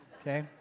Okay